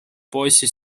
poisi